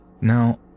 Now